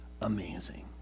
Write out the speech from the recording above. amazing